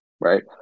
right